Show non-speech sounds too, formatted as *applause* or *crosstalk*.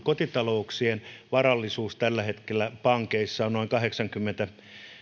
*unintelligible* kotitalouksien varallisuus tällä hetkellä pankeissa on noin kahdeksankymmentä